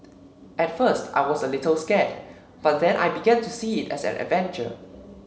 at first I was a little scared but then I began to see it as an adventure